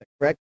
correct